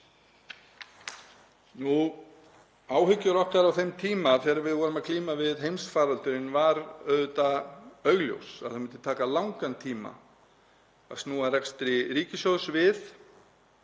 Áhyggjur okkar á þeim tíma þegar við vorum að glíma við heimsfaraldur voru auðvitað augljósar, að það myndi taka langan tíma að snúa rekstri ríkissjóðs við,